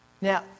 Now